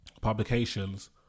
publications